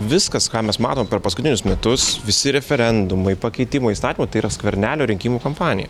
viskas ką mes matom per paskutinius metus visi referendumai pakeitimo įstatymai tai yra skvernelio rinkimų kampanija